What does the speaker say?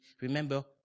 remember